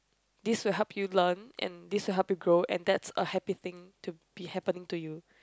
this will help you learn and this will help you grow and that's a happy thing to be happening to you